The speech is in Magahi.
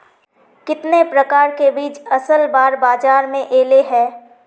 कितने प्रकार के बीज असल बार बाजार में ऐले है?